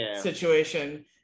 situation